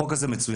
החוק הזה מצוין,